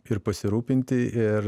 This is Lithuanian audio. ir pasirūpinti ir